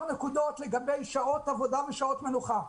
נקודות לגבי שעות עבודה ושעות מנוחה,